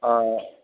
ആ ആ